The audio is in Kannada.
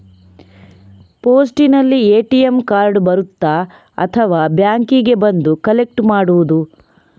ಪೋಸ್ಟಿನಲ್ಲಿ ಎ.ಟಿ.ಎಂ ಕಾರ್ಡ್ ಬರುತ್ತಾ ಅಥವಾ ಬ್ಯಾಂಕಿಗೆ ಬಂದು ಕಲೆಕ್ಟ್ ಮಾಡುವುದು?